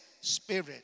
spirit